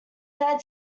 said